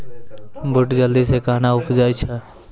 बूट जल्दी से कहना उपजाऊ छ?